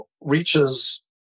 reaches